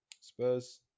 Spurs